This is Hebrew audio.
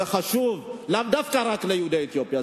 זה חשוב לאו דווקא ליהודי אתיופיה.